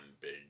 big